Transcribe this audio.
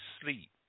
sleep